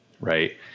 right